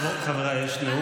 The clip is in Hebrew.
חבריי, יש נאום.